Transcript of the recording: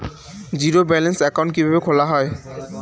Zero balance account কিভাবে খোলা হয়?